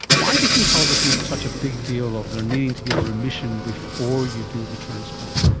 why do haematologists make such a big deal of their needing to be a remission before you do the transplant?